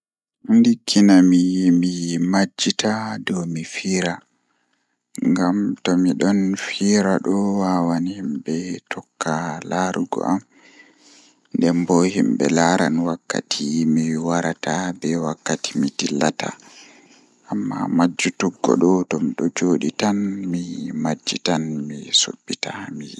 Ndikkinami mi majjita dow mi fiira ngam to midon fiira do wawan himbe tokka laarugo am nden bo himbe laaran wakkati mi warata be wakkati mi dillata amma majjutuggo midon joodi tan mi majjitam mi subbita haamiyidi.